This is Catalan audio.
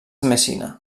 messina